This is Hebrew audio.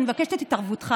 אני רוצה להגיד לכם,